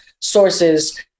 sources